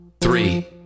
three